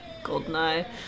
Goldeneye